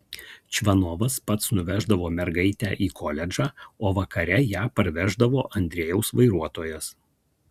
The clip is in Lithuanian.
čvanovas pats nuveždavo mergaitę į koledžą o vakare ją parveždavo andrejaus vairuotojas